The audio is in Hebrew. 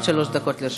עד שלוש דקות לרשותך.